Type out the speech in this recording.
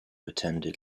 attended